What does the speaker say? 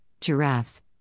giraffes